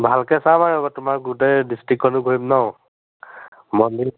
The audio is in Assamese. ভালকৈ চাম আৰু তোমাৰ গোটেই ডিষ্ট্ৰিক্টখনো ঘূৰিম ন মন্দিৰ